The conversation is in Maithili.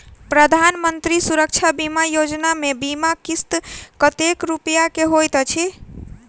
प्रधानमंत्री सुरक्षा बीमा योजना मे बीमा किस्त कतेक रूपया केँ होइत अछि?